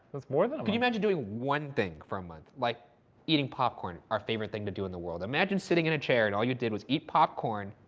that's more than a month. could you imagine doing one thing for month, like eating popcorn, our favorite thing to do in the world. imagine sitting in a chair and all you did was eat popcorn,